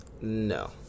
No